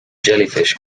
jellyfish